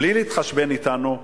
בלי להתחשבן אתנו.